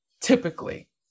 typically